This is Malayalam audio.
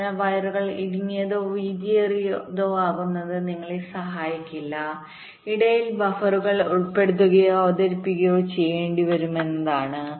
അതിനാൽ വയറുകൾ ഇടുങ്ങിയതോ വീതിയേറിയതോ ആക്കുന്നത് നിങ്ങളെ സഹായിക്കില്ല ഇടയിൽ ബഫറുകൾ ഉൾപ്പെടുത്തുകയോ അവതരിപ്പിക്കുകയോ ചെയ്യേണ്ടിവരും ശരിയാണ്